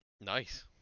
Nice